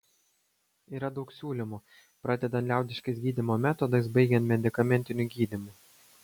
yra daug siūlymų pradedant liaudiškais gydymo metodais baigiant medikamentiniu gydymu